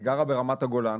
היא גרה ברמת הגולן,